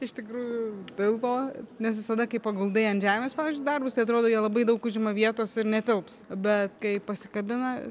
iš tikrųjų tilpo nes visada kai paguldai ant žemės pavyzdžiui darbus tai atrodo jie labai daug užima vietos ir netilps bet kai pasikabina